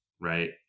right